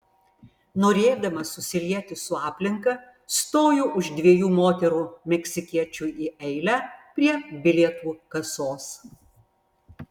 norėdamas susilieti su aplinka stoju už dviejų moterų meksikiečių į eilę prie bilietų kasos